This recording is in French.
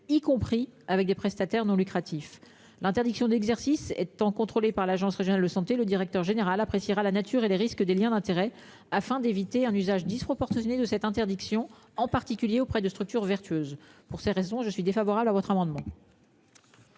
y compris avec des prestataires non lucratif l'interdiction d'exercice étant contrôlé par l'Agence Régionale de Santé, le directeur général appréciera la nature et les risques des Liens d'intérêts. Afin d'éviter un usage disproportionné de cette interdiction, en particulier auprès de structures vertueuse pour ces raisons je suis défavorable à votre amendement.